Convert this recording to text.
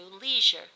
leisure